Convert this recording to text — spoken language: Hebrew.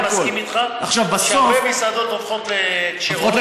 אני מסכים איתך שהרבה מסעדות הופכות לכשרות.